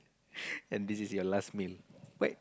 and this is your last meal